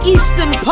Eastern